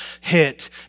hit